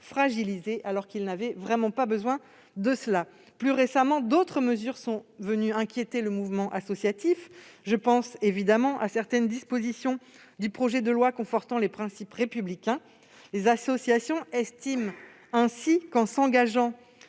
fragilisé, alors qu'il n'avait vraiment pas besoin de cela. Plus récemment, d'autres mesures sont venues inquiéter le Mouvement associatif, telles que certaines dispositions du projet de loi confortant le respect des principes de la République. Les associations estiment ainsi que, en s'engageant,